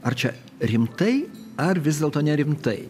ar čia rimtai ar vis dėlto nerimtai